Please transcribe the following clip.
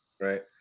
right